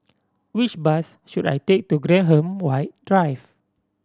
which bus should I take to Graham White Drive